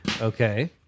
okay